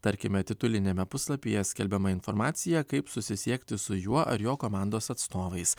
tarkime tituliniame puslapyje skelbiama informacija kaip susisiekti su juo ar jo komandos atstovais